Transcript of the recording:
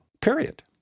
period